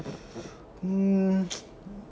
hmm